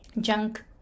junk